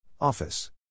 Office